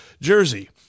jersey